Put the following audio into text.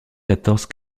quatorze